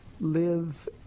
live